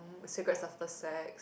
Cigarettes after Sex